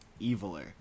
eviler